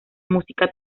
música